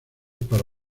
para